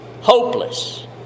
hopeless